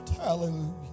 Hallelujah